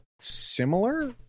similar